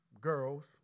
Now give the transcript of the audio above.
girls